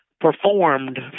performed